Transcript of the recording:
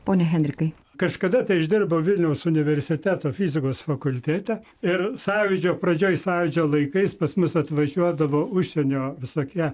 pone henrikai kažkada kai aš dirbau vilniaus universiteto fizikos fakultete ir sąjūdžio pradžioj sąjūdžio laikais pas mus atvažiuodavo užsienio visokie